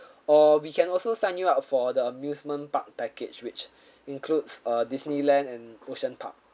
or we can also sign you up for the amusement park package which includes uh disneyland and ocean park